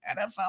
NFL